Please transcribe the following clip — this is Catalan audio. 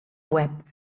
web